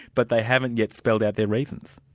but they haven't yet spelled out their reasons.